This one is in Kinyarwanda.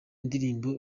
ndirimbo